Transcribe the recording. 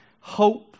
hope